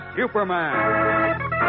Superman